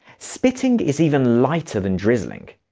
spitting is even lighter than drizzling.